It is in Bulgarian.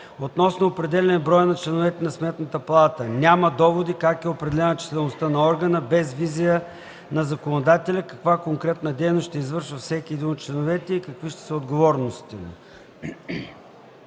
Относно определяне броя на членовете на Сметната палата: „Няма доводи как е определена числеността на органа – без визия на законодателя каква конкретна дейност ще извършва всеки един от членовете и какви ще са отговорностите